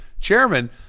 chairman